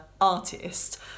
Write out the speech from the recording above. artist